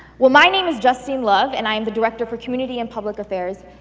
well, my name is justine love, and i'm the director for community and public affairs,